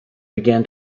began